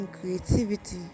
creativity